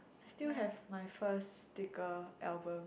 still have my first sticker album